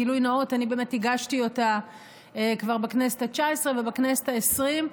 גילוי נאות: אני באמת הגשתי אותה כבר בכנסת התשע-עשרה ובכנסת העשרים,